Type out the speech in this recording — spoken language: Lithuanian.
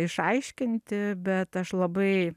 išaiškinti bet aš labai